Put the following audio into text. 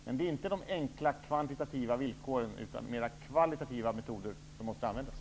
Men det är inte enkla kvantitativa villkor som måste användas, utan mer kvalitativa metoder.